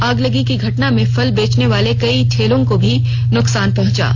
अगलगी की घटना में फल बेचने वाले कई ठेलों को भी नुकसान पहुंचा है